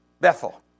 Bethel